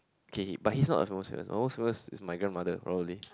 okay okay but he is not almost famous almost famous is my grandmother probably